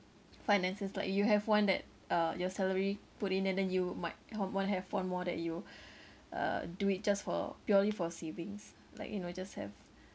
finances like you have one that uh your salary put in and then you might want to have one more that you uh do it just for purely for savings like you know just have